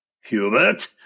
Hubert